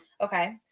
Okay